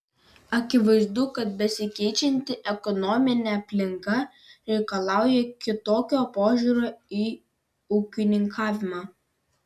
akivaizdu kad besikeičianti ekonominė aplinka reikalauja kitokio požiūrio į ūkininkavimą